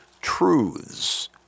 truths